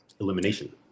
elimination